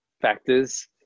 factors